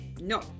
no